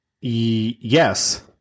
Yes